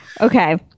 okay